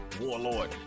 warlord